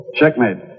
Checkmate